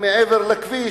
מעבר לכביש,